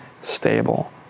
stable